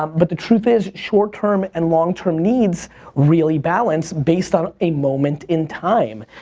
um but the truth is short-term and long-term needs really balance based on a moment in time,